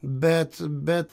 bet bet